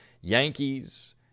Yankees